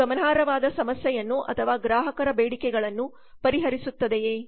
ಇದು ಗಮನಾರ್ಹವಾದ ಸಮಸ್ಯೆಯನ್ನುಅಥವಾ ಗ್ರಾಹಕರ ಬೇಡಿಕೆಗಳನ್ನು ಪರಿಹರಿಸುತ್ತದೆಯೇ